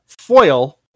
foil